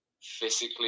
physically